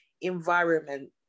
environment